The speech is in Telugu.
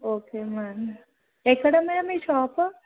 ఓకే మ్యామ్ ఎక్కడ ఉన్నది మీ షాపు